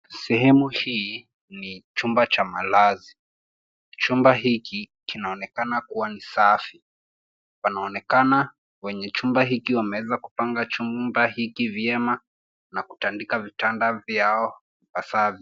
Sehemu hii ni chumba cha malazi. Chumba hiki kinaonekana kuwa ni safi. Wanaonekana wenye chumba hiki wameweza kupanga chumba hiki vyema na kutandika vitanda vyao ipasavyo.